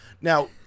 Now